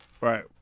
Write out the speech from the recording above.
Right